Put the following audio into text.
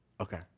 Okay